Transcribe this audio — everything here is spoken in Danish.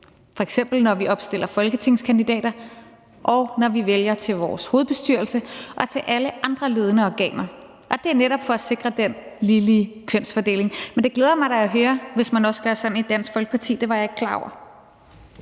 f.eks. når vi opstiller folketingskandidater, og når vi vælger medlemmer til vores hovedbestyrelse og til alle andre ledende organer, og det er netop for at sikre den ligelige kønsfordeling. Men det glæder mig da at høre, hvis det er sådan, at man også gør sådan i Dansk Folkeparti. Det var jeg ikke klar over.